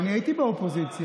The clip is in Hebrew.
אני הייתי באופוזיציה,